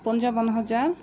ପଞ୍ଚାବନ ହଜାର